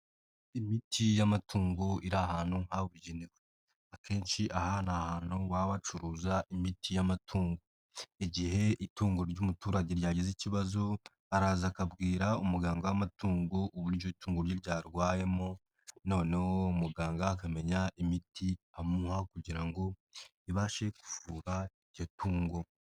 Imiti y'amatungo iri ahantu habugenewe akenshi aha ahantu baba bacuruza imiti y'amatungo, igihe itungo ry'umuturage ryagize ikibazo araza akabwira umuganga w'amatungo uburyo itungu rye ryarwayemo noneho muganga akamenya imiti amuha kugira ngo ibashe kuvura iryo tungo.